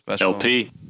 LP